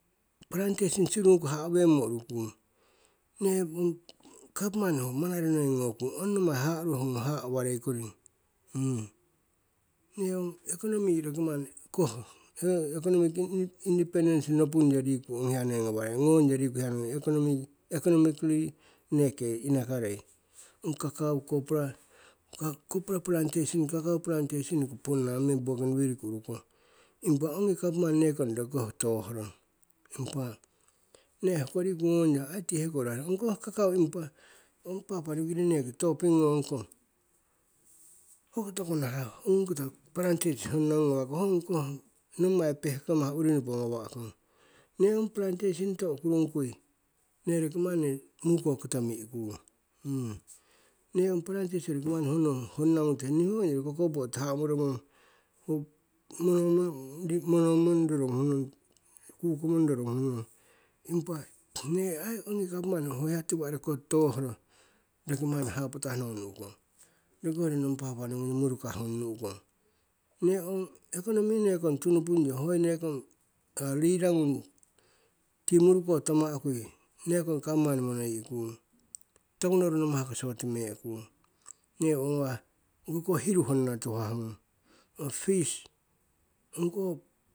Plantation sirurungku haaha weng mo ururii urukung ne ong kapuman ho monare noi gnokung ong nommai haaha ruuhonung ong haaha awarie koring. Nee ong economy roki manni koh, nee ong economic indepandence nompungyo riku ong hia noi gnawahrie ngongyo riku hia ngawarei ho economically neke inakarie cacao copra, copra plantation cacao plantation ponna meng bougainvillki urukong impah ongii gavmani nekong roki koh tohh rong impah nee hoko riku gnong yo ti heko raki ongkoh cacao impah ong papau new guinea neki toping gnongkong hoko toku naha ong koto plantation honna gnung gawah kong ongii koh nomai pehgkongu urii nopo gawakong ne ong platation tohh kurungkui neh roki mani muukowo koto mihkung neh ong plantation roki mani ho gnong honna gnung tuhemung nii ho ong yori cocoa board haha' moromong ho monomong roro gnuh nong kukomong roro gnuh nong impa ne ai ongi gapmani ho hia tiwahh roki koh toohro roki manni haapatah nowo nu'kong roki hoi yori nong papua new guinea nong murukah gung nu'kong. Nee ong economy tunupungyu ho neekong lida ngung tii muruko tama' kui nekong gapmani monoyihkung toku noru namahko short meehkung nehh owo gnawah ong kokoh huru honna tuhahagung ho fish ongkoh